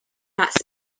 not